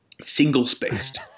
single-spaced